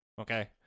Okay